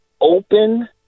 open